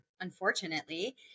unfortunately